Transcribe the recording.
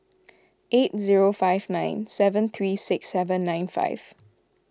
eight zero five nine seven three six seven nine five